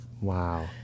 Wow